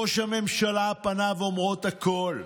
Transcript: ראש הממשלה, פניו אומרות הכול.